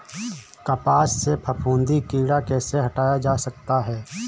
कपास से फफूंदी कीड़ा कैसे हटाया जा सकता है?